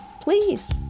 please